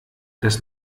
das